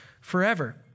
forever